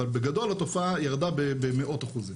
אבל בגדול התופעה ירדה במאות אחוזים.